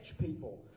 people